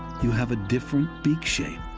you have a different beak shape.